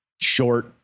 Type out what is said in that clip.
short